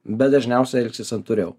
bet dažniausiai elgsis santūriau